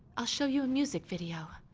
i'll show you a music video.